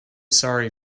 sorry